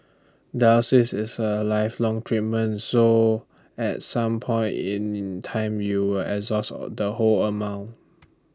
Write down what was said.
is A lifelong treatment so at some point in time you will exhaust all the whole amount